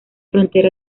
frontera